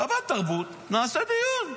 שבתרבות, נעשה דיון.